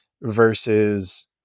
versus